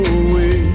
away